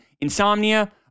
insomnia